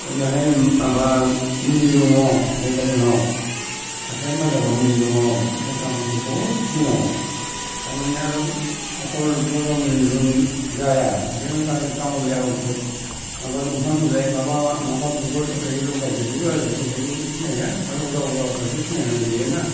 ओरैहाय माबा मुलि दङ अजाफोरनाव हाथाय बाजारावनो मुलि दङ मस्ला मस्लि बहुद दङ तारमाने आरो अकल जाब्रा मुलिल' जाया बे गावलिया अखुद माबा दंफां बिलाइ माबा माबा बुगोर ओरै लगायदेरजोबो आरो जोंथ' सिनाया माने अजा अजासो सिनायना देयो ना